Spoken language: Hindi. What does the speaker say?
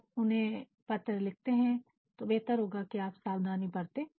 आप उनको पत्र लिखते हैं तो बेहतर होगा कि आप सावधानी बरतें